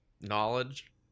knowledge